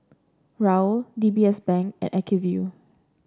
Raoul D B S Bank and Acuvue